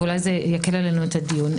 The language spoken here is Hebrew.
ואולי זה יקל עלינו את הדיון.